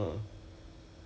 oh they change again ah